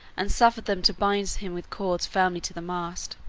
and suffered them to bind him with cords firmly to the mast.